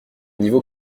niveau